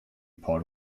part